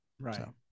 Right